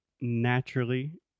naturally